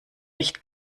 nicht